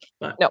No